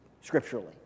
scripturally